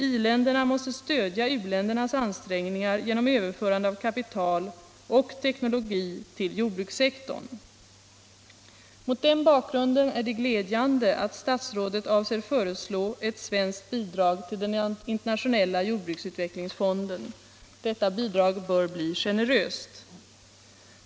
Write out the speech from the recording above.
I-länderna måste stödja u-ländernas ansträngningar genom överförande av kapital och teknologi till jordbrukssektorn. Mot den bakgrunden är det glädjande att statsrådet avser föreslå ett svenskt bidrag till den internationella jordbruksutvecklingsfonden. Detta bidrag bör bli generöst.